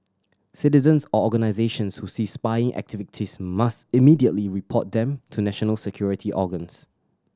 citizens or organisations who see spying activities must immediately report them to national security organs